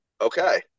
okay